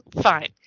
fine